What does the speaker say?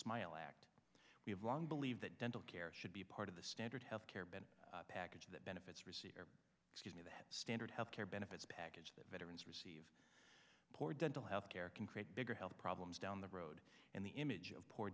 smile act we have long believed that dental care should be part of the standard health care bed package that benefits receive standard health care benefits package that veterans receive poor dental health care can create bigger health problems down the road and the image of poor